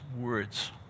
words